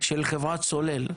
של חברת סולל,